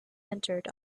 entered